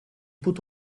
put